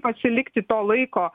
pasilikti to laiko